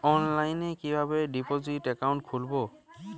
অনলাইনে কিভাবে deposit account খুলবো?